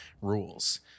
rules